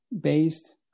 based